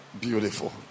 Beautiful